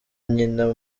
nyina